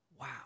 wow